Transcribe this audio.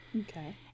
Okay